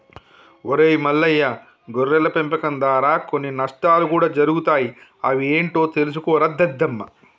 ఒరై మల్లయ్య గొర్రెల పెంపకం దారా కొన్ని నష్టాలు కూడా జరుగుతాయి అవి ఏంటో తెలుసుకోరా దద్దమ్మ